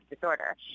disorder